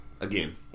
again